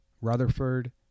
Rutherford